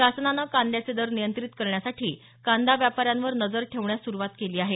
शासनाने कांद्याचे दर नियंत्रित करण्यासाठी कांदा व्यापाऱ्यांवर नजर ठेवण्यास सुरूवात केली आहे